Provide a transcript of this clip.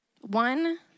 One